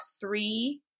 three